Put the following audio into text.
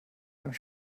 einem